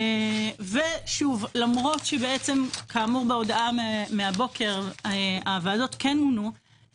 למרות שבהודעה מהבוקר הוועדות כן מונו,